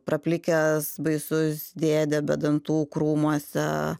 praplikęs baisus dėdė be dantų krūmuose